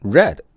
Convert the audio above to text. Red